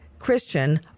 Christian